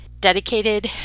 dedicated